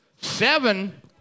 seven